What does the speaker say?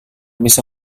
bisa